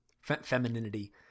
femininity